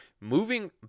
moving